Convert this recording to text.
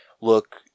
look